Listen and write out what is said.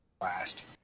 last